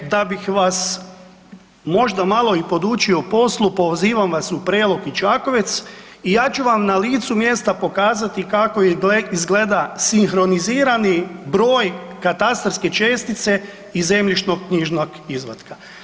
Da bih vas možda malo i podučio poslu pozivam vas u Prelog i Čakovec i ja ću vam na licu mjesta pokazati kako izgleda sinhronizirani broj katastarske čestice iz zemljišnoknjižnog izvatka.